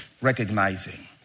recognizing